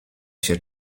się